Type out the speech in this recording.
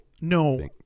No